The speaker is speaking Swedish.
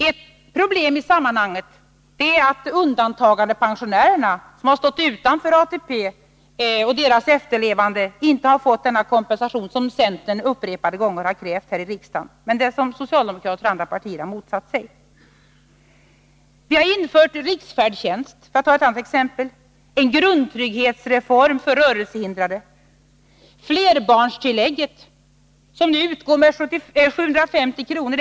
Ett problem i sammanhanget är att undantagandepensionärerna, som har stått utanför ATP, och deras efterlevande inte har fått den kompensation som centern upprepade gånger har krävt här i riksdagen men som socialdemokrater och andra har motsatt sig. Vi har, för att ta ett annat exempel, infört riksfärdtjänst, en grundtrygghetsreform för rörelsehindrade, flerbarnstillägget, som nu utgår med 750 kr.